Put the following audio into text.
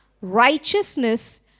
righteousness